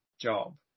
job